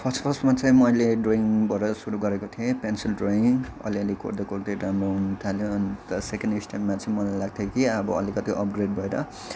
first फर्स्टमा चाहिँ मैले ड्रइङबाट सुरु गरेको थिएँ पेन्सिल ड्रइङ अलि अलि कोर्दै कोर्दै राम्रो हुनु थाल्यो सेकेन्ड स्टेजमा चाहिँ मलाई लाग्थ्यो कि अब अलिकति अपग्रेड भएर